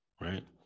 right